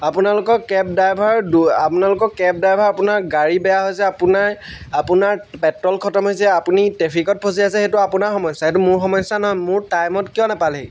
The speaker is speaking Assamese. আপোনালোকৰ কেব ড্ৰাইভাৰ আপোনালোকৰ কেব ড্ৰাইভাৰ আপোনাৰ গাড়ী বেয়া হৈছে আপোনাৰ আপোনাৰ পেট্ৰল খটম হৈছে আপুনি ট্ৰেফিকত ফচি আছে সেইটো আপোনাৰ সমস্যা সেইটো মোৰ সমস্যা নহয় মোৰ টাইমত কিয় নাপালেহি